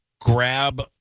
grab –